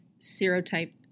serotype